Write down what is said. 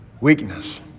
weakness